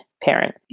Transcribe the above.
parent